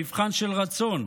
מבחן של רצון.